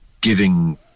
giving